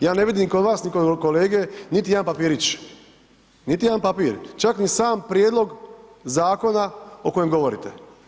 Ja ne vidim ni kod vas, niti kod kolege niti jedan papirić, niti jedan papir, čak ni sam prijedlog zakona o kojem govorite.